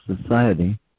Society